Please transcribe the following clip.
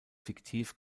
fiktiv